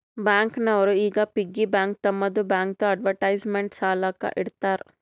bank ನವರು ಈ piggy bank ತಮ್ಮದು ಬ್ಯಾಂಕ್ದು ಅಡ್ವರ್ಟೈಸ್ಮೆಂಟ್ ಸಲಾಕ ಇಡ್ತಾರ